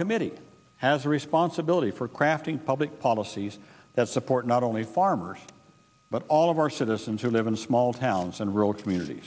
committee has a responsibility for crafting public policies that support not only farmers but all of our citizens who live in small towns and rural communities